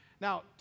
Now